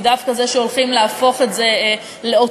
דווקא זה שהולכים להפוך את זה לאוטומטי,